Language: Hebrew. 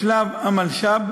משלב המלש"ב